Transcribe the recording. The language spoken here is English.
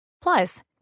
Plus